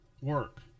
work